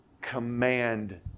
command